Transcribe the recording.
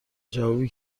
جوابی